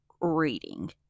reading